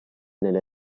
nelle